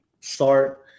start